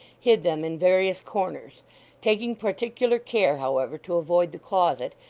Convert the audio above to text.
hid them in various corners taking particular care, however, to avoid the closet,